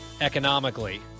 economically